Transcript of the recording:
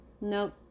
Nope